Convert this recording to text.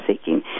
seeking